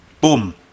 boom